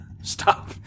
stop